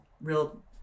real